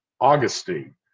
Augustine